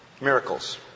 miracles